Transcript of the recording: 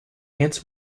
ants